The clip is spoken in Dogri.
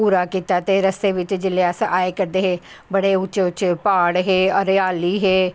पूरा कीता ते रस्ते बिच्च जिसलै अस आए करदे हे बड़े उच्चे उच्चे प्हाड़ हे हरियाली ही